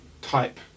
type